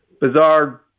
bizarre